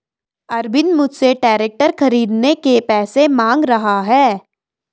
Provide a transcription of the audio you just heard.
अरविंद मुझसे ट्रैक्टर खरीदने के पैसे मांग रहा था